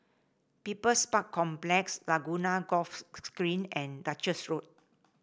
People's Park Complex Laguna Golf Green and Duchess Road